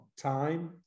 time